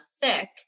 thick